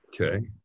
Okay